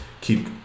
Keep